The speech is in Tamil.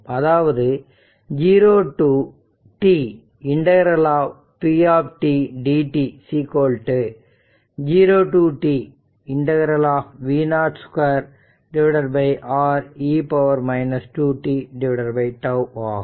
அதாவது 0 to t ∫ p dt 0 to t ∫ v0 2R e 2 tτ ஆகும்